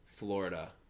Florida